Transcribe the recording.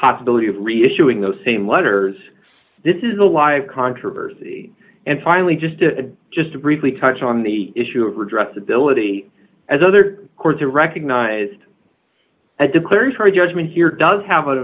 possibility of reissuing those same letters this is a live controversy and finally just to just to briefly touch on the issue of redress ability as other courts are recognized as declaratory judgment here does have